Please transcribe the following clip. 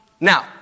Now